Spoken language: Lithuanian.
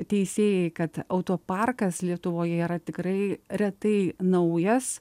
teisėjai kad auto parkas lietuvoje yra tikrai retai naujas